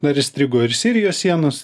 na ir įstrigo ir sirijos sienos